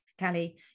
Callie